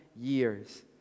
years